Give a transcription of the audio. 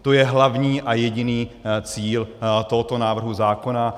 To je hlavní a jediný cíl tohoto návrhu zákona.